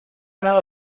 ganado